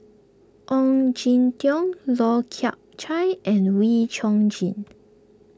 Ong Jin Teong Lau Chiap Khai and Wee Chong Jin